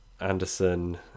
Anderson